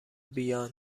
بیان